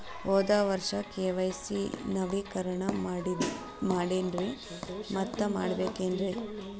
ಹೋದ ವರ್ಷ ಕೆ.ವೈ.ಸಿ ನವೇಕರಣ ಮಾಡೇನ್ರಿ ಮತ್ತ ಮಾಡ್ಬೇಕೇನ್ರಿ?